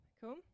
Cool